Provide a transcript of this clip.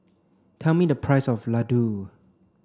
tell me the price of Ladoo